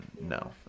No